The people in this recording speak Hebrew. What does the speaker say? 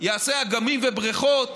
יעשה אגמים ובריכות,